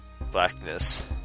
blackness